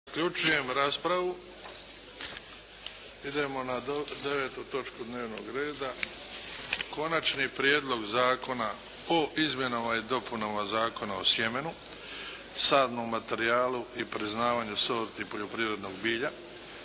Luka (HDZ)** Idemo na 9. točku dnevnog reda. - Prijedlog zakona o izmjenama i dopunama Zakona o sjemenu, sadnom materijalu i priznavanju sorti poljoprivrednog bilja,